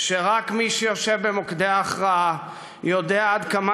ורק מי שיושב במוקדי ההכרעה יודע עד כמה